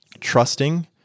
trusting